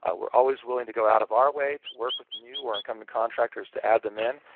ah we're always willing to go out of our way to work with new or incoming contractors to add them in,